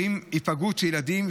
היפגעות ילדים,